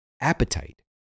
Appetite